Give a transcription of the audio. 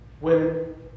women